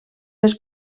més